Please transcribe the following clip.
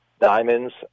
diamonds